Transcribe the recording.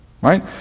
right